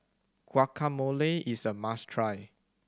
guacamole is a must try